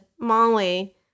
Molly